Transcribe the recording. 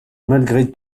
malgré